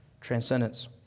transcendence